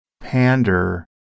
pander